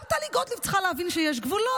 גם טלי גוטליב צריכה להבין שיש גבולות,